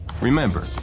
Remember